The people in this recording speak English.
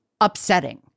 upsetting